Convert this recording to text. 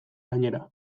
gainera